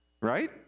right